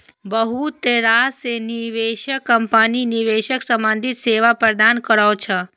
बहुत रास निवेश कंपनी निवेश संबंधी सेवा प्रदान करै छै